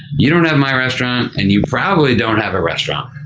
you don't have my restaurant and you probably don't have a restaurant